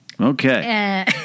Okay